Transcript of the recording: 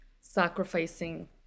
sacrificing